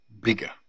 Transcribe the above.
bigger